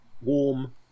warm